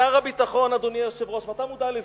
שר הביטחון, אדוני היושב-ראש, ואתה מודע לזה,